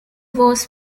was